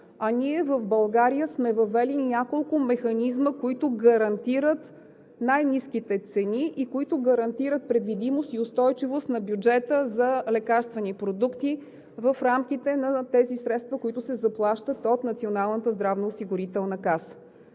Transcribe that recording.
Ние в България сме въвели няколко механизма, които гарантират най-ниските цени и които гарантират предвидимост и устойчивост на бюджета за лекарствени продукти в рамките на средствата, които се заплащат от Националната здравноосигурителна каса.